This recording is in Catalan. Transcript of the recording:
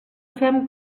fem